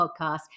podcast